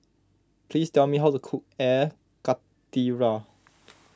please tell me how to cook Air Karthira